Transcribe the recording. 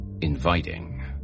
inviting